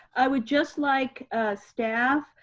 i would just like staff,